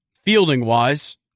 fielding-wise